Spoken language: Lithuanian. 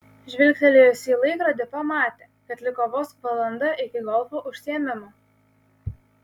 žvilgtelėjusi į laikrodį pamatė kad liko vos valanda iki golfo užsiėmimo